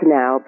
now